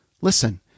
Listen